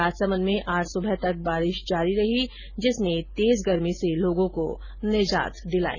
राजसमंद में आज सुबह तक बारिश जारी रही जिसने तेज गर्मी से लोगों को निजात दिलाई